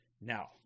Now